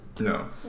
No